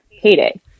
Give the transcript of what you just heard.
payday